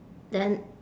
then